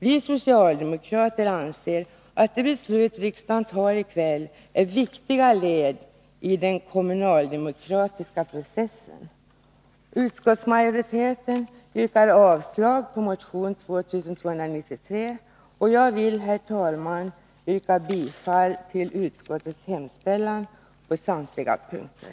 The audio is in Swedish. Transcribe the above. Vi socialdemokrater anser att det beslut riksdagen tar i kväll är ett viktigt led i den kommunaldemokratiska processen. Utskottsmajoriteten yrkar avslag på motion 2293, och jag vill, herr talman, yrka bifall till utskottets hemställan på samtliga punkter.